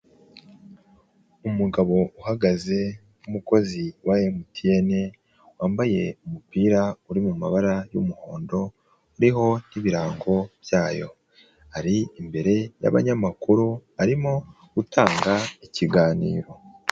Umugabo uhagaze w'umukozi wa MTN wambaye umupira uri mu mabara y'umuhondo uriho n'ibirango byayo, ari imbere y'abanyamakuru arimo gutanga ikiganiro.